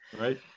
right